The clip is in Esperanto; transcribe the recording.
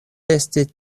esti